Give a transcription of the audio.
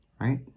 right